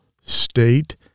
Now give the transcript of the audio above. state